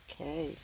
Okay